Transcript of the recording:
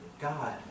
God